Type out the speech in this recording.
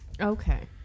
okay